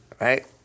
right